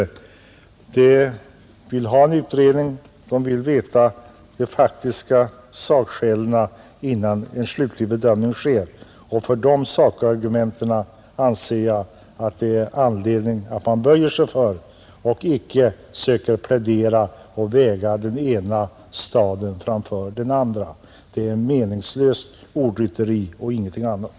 Utskottet vill ha en utredning, det vill veta de faktiska förutsättningarna innan en slutlig bedömning sker. För dessa sakargument anser jag att det finns anledning att böja sig och inte söka plädera för att sätta den ena staden framför den andra. Det är meningslöst ordrytteri och ingenting annat,